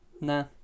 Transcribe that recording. nah